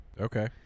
Okay